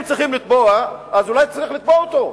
אם צריכים לתבוע, אז אולי צריך לתבוע אותו.